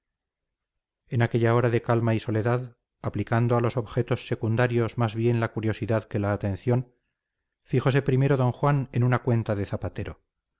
en aquella hora de calma y soledad aplicando a los objetos secundarios más bien la curiosidad que la atención fijose primero d juan en una cuenta de zapatero